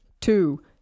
two